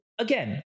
Again